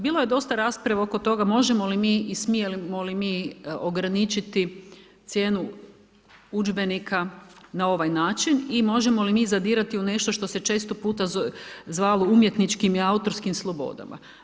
Bilo je dosta rasprave oko toga, možemo li mi i smijemo li mi ograničiti cijenu udžbenika na ovaj način i možemo li mi zadirati u nešto što se često puta zvalo umjetničkim i autorskim slobodama.